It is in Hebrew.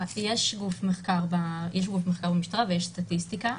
יש גוף מחקר במשטרה ויש סטטיסטיקה.